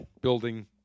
building